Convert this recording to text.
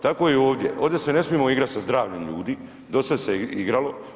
Tako je i ovdje, ovdje se ne smijemo igrat sa zdravljem ljudi, dosad se igralo.